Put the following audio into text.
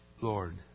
Lord